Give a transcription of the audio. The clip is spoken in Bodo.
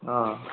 अ